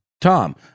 Tom